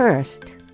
First